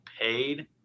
paid